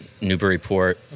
Newburyport